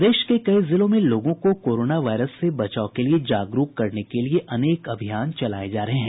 प्रदेश के कई जिलों में लोगों को कोरोना वायरस से बचाव के लिये जागरूक करने के लिये अनेक अभियान चलाये जा रहे हैं